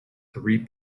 three